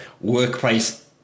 workplace